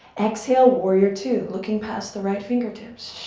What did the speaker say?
exhale. warrior two. looking past the right fingertips.